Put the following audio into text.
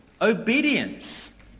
obedience